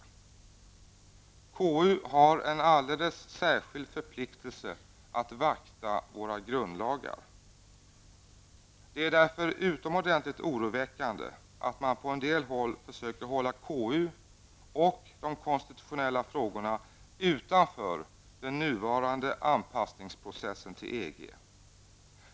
Konstitutionsutskottet har en alldeles särskild förpliktelse att vakta våra grundlagar. Det är därför utomordentligt oroväckande att man på en del håll försöker hålla konstitutionsutskottet och de konstitutionella frågorna utanför den nuvarande anpassningsprocessen till EG.